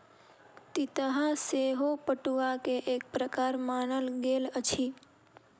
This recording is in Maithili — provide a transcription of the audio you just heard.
तितहा सेहो पटुआ के एक प्रकार मानल गेल अछि